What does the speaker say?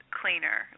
cleaner